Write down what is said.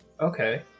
Okay